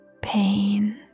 pain